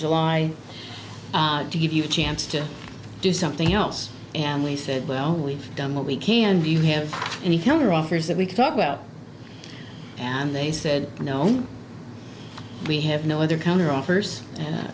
july to give you a chance to do something else and we said well we've done what we can do you have any counter offers that we can talk about and they said no we have no other counteroffers